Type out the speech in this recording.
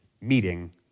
meeting